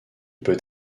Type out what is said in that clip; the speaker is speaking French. peut